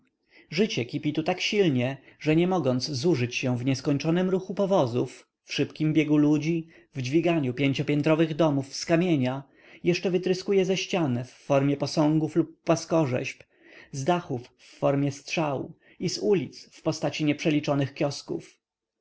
zycie kipi tu tak silnie że nie mogąc zużyć się w nieskończonym ruchu powozów w szybkim biegu ludzi w dźwiganiu pięciopiętrowych domów z kamienia jeszcze wytryskuje ze ścian w formie posągów lub płaskorzeźb z dachów w formie strzał i z ulic w postaci nieprzeliczonych kiosków